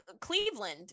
Cleveland